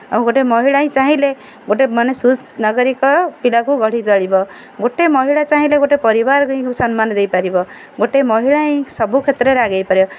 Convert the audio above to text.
ଆଉ ଗୋଟେ ମହିଳା ହିଁ ଚାହିଁଲେ ଗୋଟେ ମାନେ ନାଗରିକ ପିଲାକୁ ଗଢ଼ି ତୋଳିବ ଗୋଟେ ମହିଳା ଚାହିଁଲେ ଗୋଟେ ପରିବାର ହିଁ ସମ୍ମାନ ଦେଇପାରିବ ଗୋଟେ ମହିଳା ହିଁ ସବୁ କ୍ଷେତ୍ରରେ ଆଗେଇ ପାରିବ